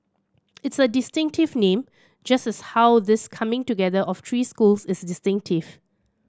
it's a distinctive name just as how this coming together of three schools is distinctive